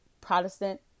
protestant